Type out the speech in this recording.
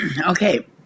Okay